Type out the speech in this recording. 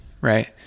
right